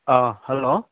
hello